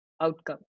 outcome